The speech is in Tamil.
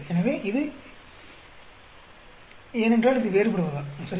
எனவே இது ஏனென்றால் இது வேறுபடுவதால் சரியா